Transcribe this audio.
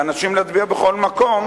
לאפשר לאנשים להצביע בכל מקום,